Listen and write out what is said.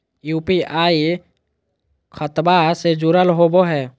UPI खतबा से जुरल होवे हय?